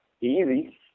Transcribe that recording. easy